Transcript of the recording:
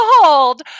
behold